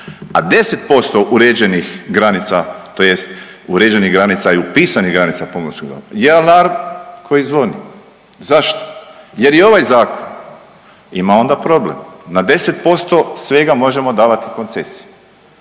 a 10% uređenih granica, tj. uređenih granica i upisanih granica pomorskog dobra je alarm koji zvoni. Zašto? Jer i ovaj zakon ima onda problem. Na 10% svega možemo davati koncesiju.